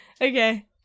Okay